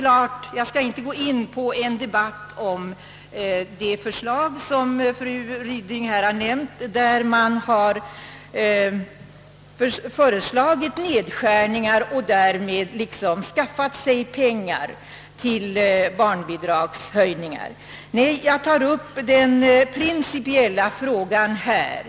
Jag skall här inte gå in på någon debatt om de förslag som fru Ryding nämnde och där det föreslås nedskärningar, varigenom man skulle skaffa sig pengar till barnbidragshöjningar. Nej, jag tar upp den principiella frågan här.